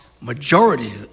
majority